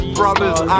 brothers